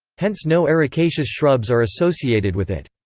hence no ericaceous shrubs are associated with it.